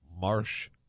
marsh